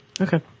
Okay